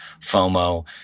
FOMO